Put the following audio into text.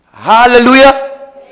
Hallelujah